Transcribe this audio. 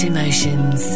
Emotions